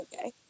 okay